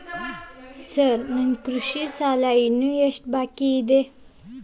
Sir ನನ್ನ ಕೃಷಿ ಸಾಲ ಇನ್ನು ಎಷ್ಟು ಬಾಕಿಯಿದೆ?